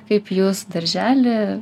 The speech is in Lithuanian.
kaip jūs daržely